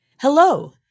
Hello